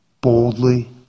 boldly